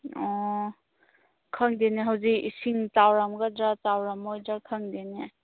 ꯑꯣ ꯈꯪꯗꯦꯅꯦ ꯍꯧꯖꯤꯛ ꯏꯁꯤꯡ ꯆꯥꯎꯔꯝꯒꯗ꯭ꯔꯥ ꯆꯥꯎꯔꯝꯃꯣꯏꯗ꯭ꯔꯥ ꯈꯪꯗꯦꯅꯦ